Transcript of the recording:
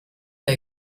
der